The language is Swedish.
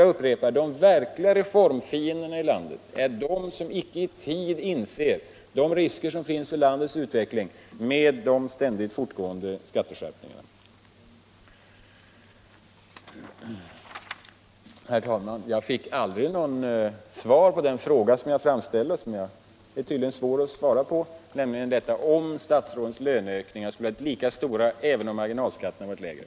Jag upprepar: De verkliga reformfienderna i landet är de som icke i tid inser de risker som finns för landets utveckling med de ständigt fortgående skatteskärpningarna. Herr talman! Jag fick aldrig något svar på den fråga som jag ställde och som tydligen är svår att svara på, nämligen om statsrådens löneökningar skulle ha blivit lika stora även om marginalskatterna varit lägre.